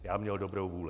Já měl dobrou vůli.